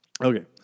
Okay